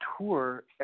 tour